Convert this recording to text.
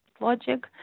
logic